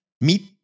Meet